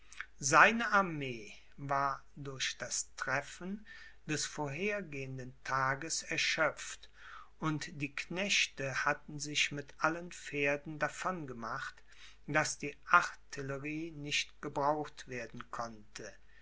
seine armee war durch das treffen des vorhergehenden tages erschöpft und die knechte hatten sich mit allen pferden davon gemacht daß die artillerie nicht gebraucht werden konnte